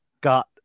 got